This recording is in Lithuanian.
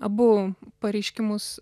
abu pareiškimus